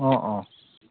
অঁ অঁ